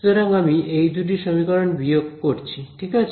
সুতরাং আমি এই দুটি সমীকরণ বিয়োগ করছি ঠিক আছে